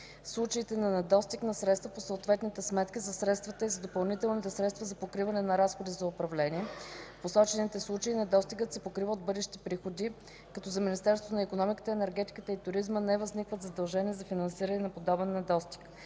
случаите на недостиг на средства по съответните сметки за средствата и за допълнителните средства за покриване на разходи за управление (в посочените случаи недостигът се покрива от бъдещи приходи, като за Министерството на икономиката, енергетиката и туризма не възниква задължение за финансиране на подобен недостиг);